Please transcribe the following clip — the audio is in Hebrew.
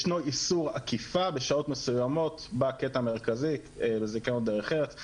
ישנו איסור עקיפה בשעות מסוימות בקטע המרכזי בזיכיון דרך ארץ,